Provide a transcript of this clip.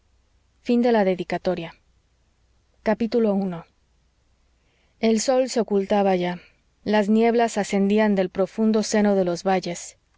i el sol se ocultaba ya las nieblas ascendían del profundo seno de los valles